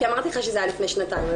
כי אמרתי לך שזה היה לפני שנתיים,